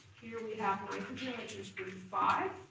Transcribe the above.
here we have nitrogen, which is group five.